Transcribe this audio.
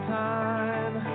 time